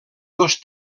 dos